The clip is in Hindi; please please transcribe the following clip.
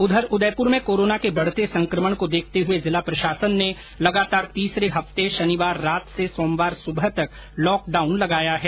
उधर उदयपुर में कोरोना के बढ़ते संक्रमण को देखते हुए जिला प्रशासन ने लगातार तीसरे हफ्ते शनिवार रात से सोमवार सुबह तक लॉकडाउन लगाया है